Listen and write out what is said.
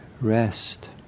rest